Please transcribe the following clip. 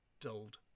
dulled